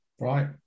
right